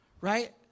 right